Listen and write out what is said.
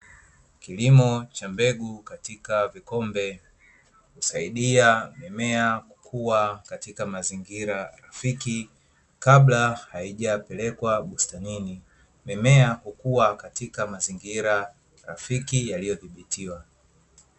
Kilimo cha mbegu katika vikombe husaidia mimea kukuwa katika mazingira rafiki, kabla haijapelekwa bustanini, mimea hukuwa katika mazingira rafiki yaliyo dhibitiwa.